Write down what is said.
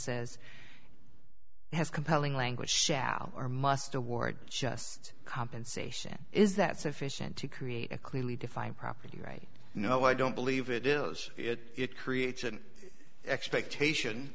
says has compelling language shall or must award just compensation is that sufficient to create a clearly defined property right no i don't believe it is it creates an expectation